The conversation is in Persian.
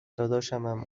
دادشمم